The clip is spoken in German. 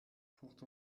port